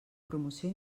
promoció